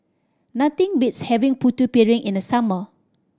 nothing beats having Putu Piring in the summer